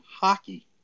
hockey